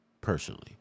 personally